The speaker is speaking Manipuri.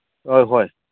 ꯑ ꯍꯣꯏ